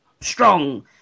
strong